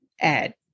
add